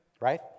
Right